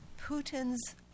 Putin's